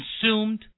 consumed